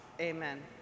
Amen